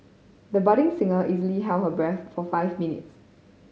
the budding singer easily held her breath for five minutes